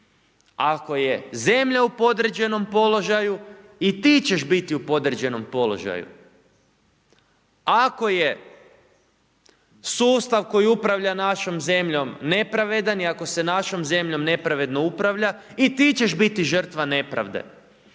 Ako je zemlja u podređenom položaju, i ti ćeš biti u podređenom položaju. Ako je sustav koji upravlja našom zemljom nepravedan i ako se našom zemljom nepravedno upravlja, i ti ćeš biti žrtva nepravde.